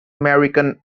american